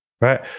right